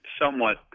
somewhat